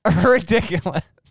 ridiculous